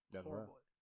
horrible